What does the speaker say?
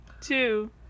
Two